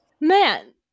Man